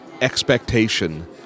expectation